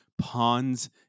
pawns